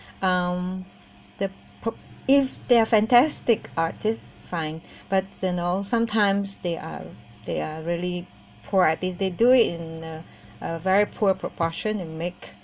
um the po~ if they are fantastic artists fine but you know sometimes they are they are really poor at these they do it in a a very poor proportion and make